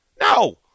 No